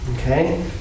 Okay